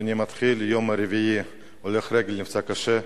ואני מתחיל: יום רביעי, הולך רגל נפצע קשה,